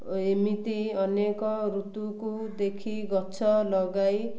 ଓ ଏମିତି ଅନେକ ଋତୁକୁ ଦେଖି ଗଛ ଲଗାଇ